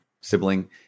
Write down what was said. sibling